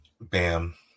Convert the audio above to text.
Bam